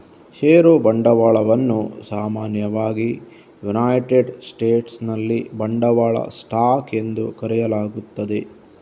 ಷೇರು ಬಂಡವಾಳವನ್ನು ಸಾಮಾನ್ಯವಾಗಿ ಯುನೈಟೆಡ್ ಸ್ಟೇಟ್ಸಿನಲ್ಲಿ ಬಂಡವಾಳ ಸ್ಟಾಕ್ ಎಂದು ಕರೆಯಲಾಗುತ್ತದೆ